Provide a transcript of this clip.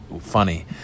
funny